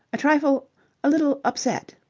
a trifle a little upset.